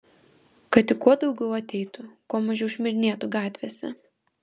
kad tik kuo daugiau ateitų kuo mažiau šmirinėtų gatvėse